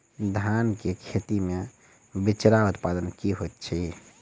धान केँ खेती मे बिचरा उत्पादन की होइत छी?